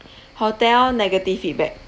hotel negative feedback